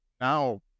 now